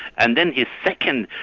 and then his second